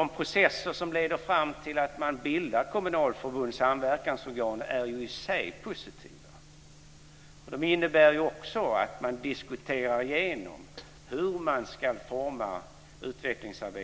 De processer som leder fram till att man bildar kommunalförbundssamverkansorgan är i sig positiva. Det innebär också att man diskuterar igenom hur utvecklingsarbetet